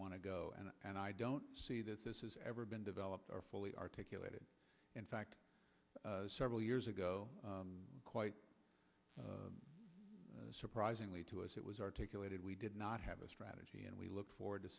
want to go and and i don't see that this is ever been developed or fully articulated in fact several years ago quite surprisingly to us it was articulated we did not have a strategy and we look forward to